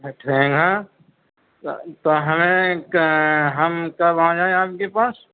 ٹھیک ہے تو ہمیں ہم کب آجائیں آپ کے پاس